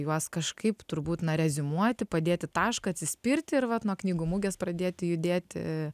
juos kažkaip turbūt na reziumuoti padėti tašką atsispirti ir vat nuo knygų mugės pradėti judėti